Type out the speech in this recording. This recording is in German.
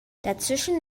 dazwischen